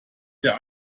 der